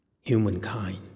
humankind